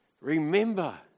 Remember